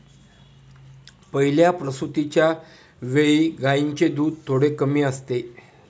पहिल्या प्रसूतिच्या वेळी गायींचे दूध थोडे कमी असते